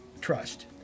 Trust